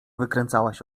wykręcałaś